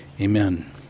Amen